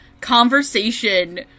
conversation